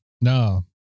No